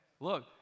Look